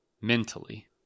mentally